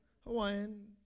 Hawaiian